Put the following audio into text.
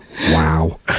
Wow